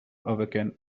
awaken